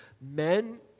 Men